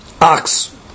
ox